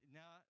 now